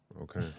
Okay